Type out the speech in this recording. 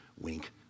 Wink